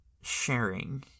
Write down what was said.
sharing